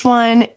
one